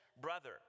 brother